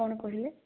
କଣ କହିଲେ